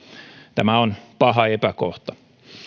tämä on paha epäkohta